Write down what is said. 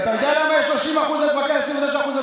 אתה יודע למה יש 30% הדבקה בביתר?